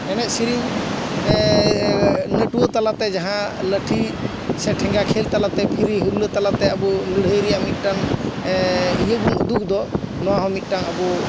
ᱮᱱᱮᱡ ᱥᱮᱨᱮᱧ ᱱᱟᱹᱴᱣᱟᱹ ᱛᱟᱞᱟᱛᱮ ᱡᱟᱦᱟᱸ ᱞᱟᱹᱴᱷᱤ ᱥᱮ ᱴᱷᱮᱸᱜᱟ ᱠᱷᱮᱞ ᱛᱟᱞᱟᱛᱮ ᱯᱷᱤᱨᱤ ᱦᱩᱞᱞᱟᱹ ᱛᱟᱞᱟᱛᱮ ᱟᱵᱚ ᱞᱟᱹᱲᱦᱟᱹᱭ ᱨᱮᱭᱟᱜ ᱢᱤᱫᱴᱟᱝ ᱤᱭᱟᱹ ᱵᱚᱱ ᱩᱫᱩᱜᱽ ᱫᱚ ᱱᱚᱣᱟ ᱦᱚᱸ ᱢᱤᱫᱴᱟᱝ ᱟᱵᱚ